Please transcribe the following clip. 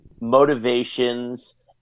motivations